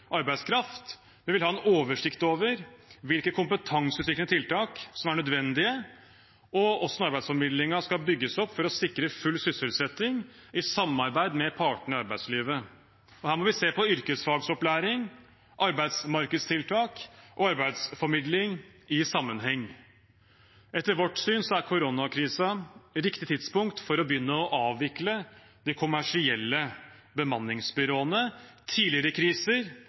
arbeidskraft. Vi vil ha en oversikt over hvilke kompetanseutviklende tiltak som er nødvendige, og hvordan arbeidsformidlingen skal bygges opp for å sikre full sysselsetting, i samarbeid med partene i arbeidslivet. Her må vi se yrkesfagopplæring, arbeidsmarkedstiltak og arbeidsformidling i sammenheng. Etter vårt syn er koronakrisen riktig tidspunkt for å begynne med å avvikle de kommersielle bemanningsbyråene. Tidligere kriser